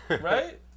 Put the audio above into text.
Right